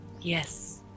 Yes